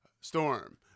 storm